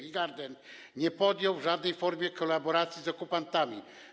Ingarden nie podjął w żadnej formie kolaboracji z okupantami.